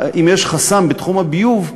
אם יש חסם בתחום הביוב,